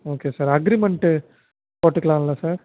okay sir agreement போட்டுக்கலாம்ல sir